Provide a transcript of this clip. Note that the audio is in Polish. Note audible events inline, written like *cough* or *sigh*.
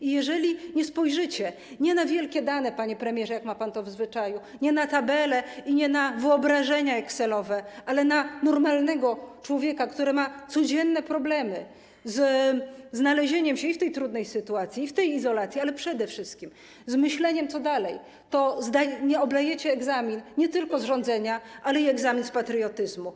I jeżeli nie spojrzycie - nie na wielkie dane, panie premierze, jak ma pan to w zwyczaju, nie na tabele i nie na wyobrażenia excelowe - na normalnego człowieka, który ma codzienne problemy ze znalezieniem się i w tej trudnej sytuacji, i w tej izolacji, ale przede wszystkim z myśleniem co dalej, to oblejecie egzamin nie tylko z rządzenia, *noise* ale i egzamin z patriotyzmu.